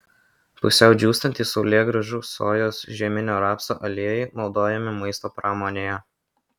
pusiau džiūstantys saulėgrąžų sojos žieminio rapso aliejai naudojami maisto pramonėje